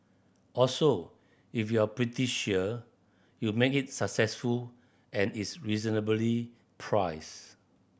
also if you're pretty sure you make it successful and it's reasonably priced